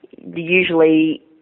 usually